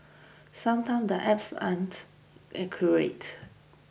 sometimes the apps aren't accurate